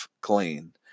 clean